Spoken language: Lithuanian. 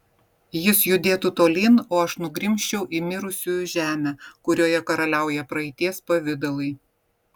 jis judėtų tolyn o aš nugrimzčiau į mirusiųjų žemę kurioje karaliauja praeities pavidalai